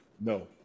No